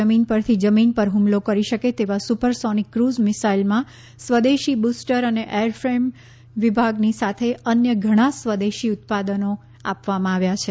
જમીન પરથી જમીન પર હ્મલો કરી શકે તેવા સુપરસોનિક કુઝ મિસાઇલમાં સ્વદેશી બૂસ્ટર અને એરફેમ વિભાગની સાથે અન્ય ઘણા સ્વદેશી ઉત્પાદનો આપવામાં આવ્યાં છે